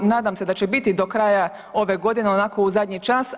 Nadam se da će biti do kraja ove godine onako u zadnji čas.